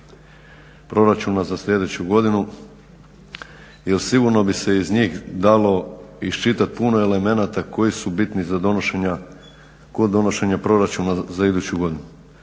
proračuna za sljedeću godinu jer sigurno bi se iz njih dalo iščitat puno elemenata koji su bitni kod donošenja proračuna za iduću godinu.